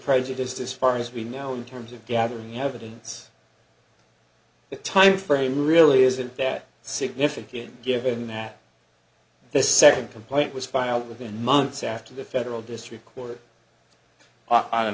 prejudiced as far as we know in terms of gathering evidence that timeframe really isn't that significant given that this second complaint was filed within months after the federal district court